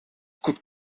could